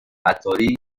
عطاری